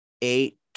eight